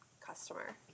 customer